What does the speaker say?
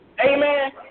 Amen